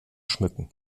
schmücken